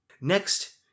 Next